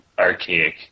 archaic